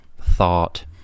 thought